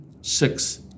Six